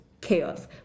chaos